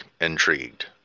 intrigued